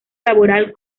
laboral